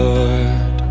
Lord